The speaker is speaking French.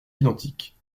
identiques